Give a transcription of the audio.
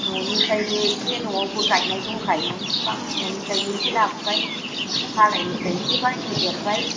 न'निफ्रायबो एसे न'आवबो गायनाय दंखायोमोन बिफां न'निफ्रायबो एसे लाबोबाय मालायनिफ्राय एसे बायस' देरबाय